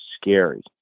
scary